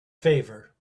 favor